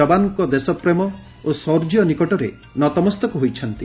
ଯବାନଙ୍କ ଦେଶପ୍ରେମ ଓ ଶୌର୍ଯ୍ୟ ନିକଟରେ ନତମସ୍ତକ ହୋଇଛନ୍ତି